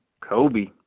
Kobe